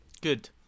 Good